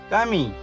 Kami